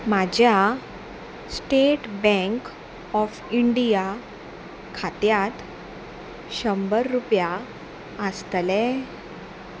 म्हाज्या स्टेट बँक ऑफ इंडिया खात्यांत शंबर रुपया आसतले